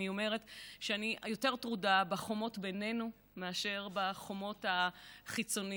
אני אומרת שאני יותר טרודה בחומות בינינו מאשר בחומות החיצוניות.